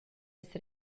las